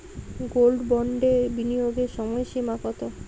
Gold বন্ডে বিনিয়োগের সময়সীমা কতো?